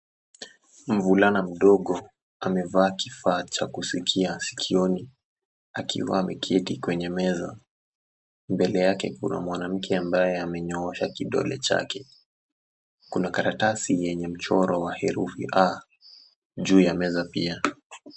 Mvulana mdogo amevaa kifaa cha kusikia sikioni akiwa ameketi kwenye meza. Mbele yake kuna mwanamke ambaye amenyoosha kidole chake. Kuna karatasi yenye mchoro wa herufi A juu ya meza pia.